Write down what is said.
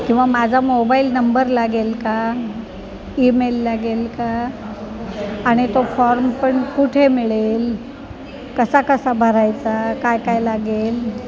किंवा माझा mobile number लागेल का ईमेल लागेल का आणि तो फॉर्म पण कुठे मिळेल कसा कसा भरायचा काय काय लागेल